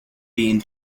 being